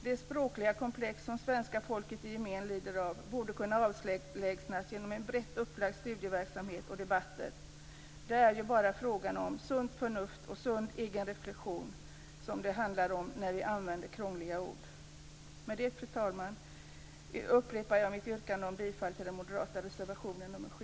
Det språkliga komplex som svenska folket i gemen lider av borde kunna avlägsnas genom en brett upplagd studieverksamhet och debatter. Det är bara fråga om sunt förnuft och sund egen reflexion när vi använder krångliga ord. Med det, fru talman, upprepar jag mitt yrkande om bifall till den moderata reservationen nr 7.